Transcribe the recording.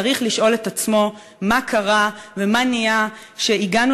צריך לשאול את עצמו מה קרה ומה נהיה שהגענו